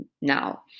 now